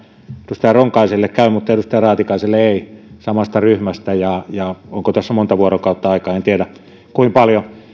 edustaja ronkaiselle käy mutta samasta ryhmästä edustaja raatikaiselle ei ja ja onko tässä monta vuorokautta aikaa en tiedä kuinka paljon